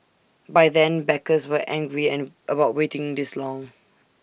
by then backers were angry and about waiting this long